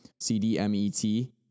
CDMET